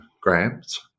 grams